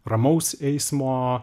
ramaus eismo